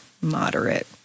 moderate